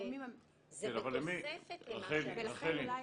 זה בתוספת למה שהמשרד נותן.